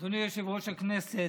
הכנסת,